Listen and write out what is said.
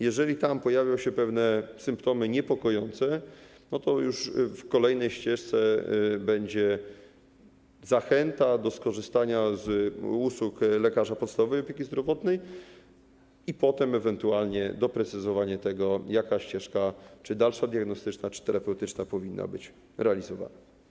Jeżeli tam pojawią się pewne symptomy niepokojące, to już w kolejnej ścieżce będzie zachęta do skorzystania z usług lekarza podstawowej opieki zdrowotnej i potem ewentualnie doprecyzowanie tego, jaka ścieżka, czy dalsza diagnostyczna, czy terapeutyczna, powinna być realizowana.